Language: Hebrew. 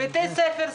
בתי ספר,